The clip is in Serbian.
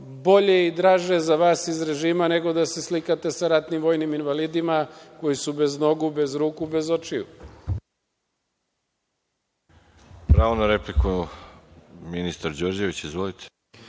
bolje i draže za vas iz režima, nego da se slikate sa ratnim vojnim invalidima koji su bez nogu, bez ruku, bez očiju. **Veroljub Arsić** Pravo na repliku ima ministar Đorđević. Izvolite.